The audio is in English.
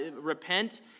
repent